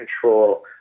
control